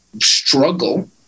struggle